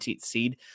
seed